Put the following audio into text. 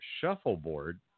Shuffleboard